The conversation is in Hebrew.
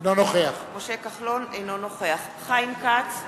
אינו נוכח חיים כץ,